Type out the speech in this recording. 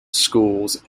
schools